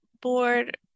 board